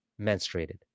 menstruated